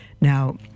Now